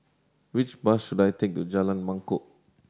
which bus should I take to Jalan Mangkok